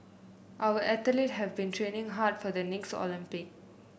our athlete have been training hard for the next Olympic